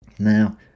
Now